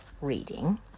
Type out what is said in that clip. reading